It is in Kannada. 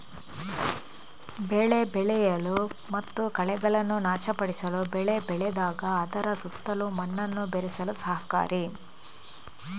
ಬೆಳೆ ಬೆಳೆಯಲು ಮತ್ತು ಕಳೆಗಳನ್ನು ನಾಶಪಡಿಸಲು ಬೆಳೆ ಬೆಳೆದಾಗ ಅದರ ಸುತ್ತಲೂ ಮಣ್ಣನ್ನು ಬೆರೆಸಲು ಸಹಕಾರಿ